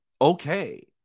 okay